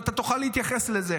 אפליקציה לכל האירוע